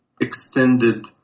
extended